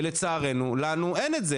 ולצערנו לנו אין את זה,